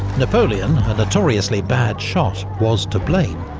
napoleon, a notoriously bad shot, was to blame,